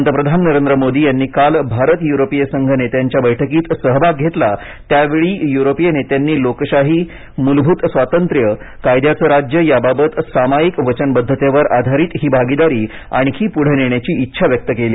पंतप्रधान नरेंद्र मोदी यांनी काल भारत युरोपिय संघ नेत्यांच्या बैठकीत सहभाग घेतला त्यावेळी युरोपिय नेत्यांनी लोकशाही मूलभूत स्वातंत्र्य कायद्याचं राज्य याबाबत सामायिक वचनबद्धतेवर आधारित ही भागिदारी आणखी पुढे नेण्याची इच्छा व्यक्त केली